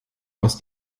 aus